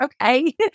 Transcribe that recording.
okay